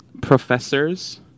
professors